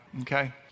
Okay